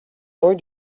rue